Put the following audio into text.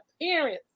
appearance